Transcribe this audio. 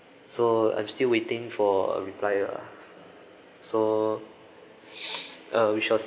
so I'm still waiting for a reply ah so uh we shall